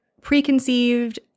preconceived